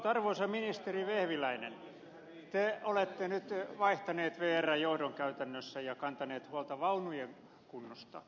mutta arvoisa ministeri vehviläinen te olette nyt vaihtanut vrn johdon käytännössä ja kantanut huolta vaunujen kunnosta